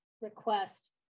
request